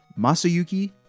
Masayuki